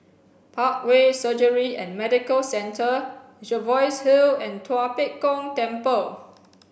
Parkway Surgery and Medical Centre Jervois Hill and Tua Pek Kong Temple